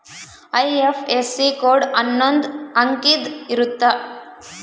IFSC code ಅನ್ನೊಂದ್ ಅಂಕಿದ್ ಇರುತ್ತ